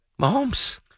Mahomes